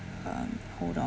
uh hold